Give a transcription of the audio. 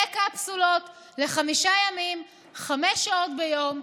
בקפסולות לחמישה ימים וחמש שעות ביום,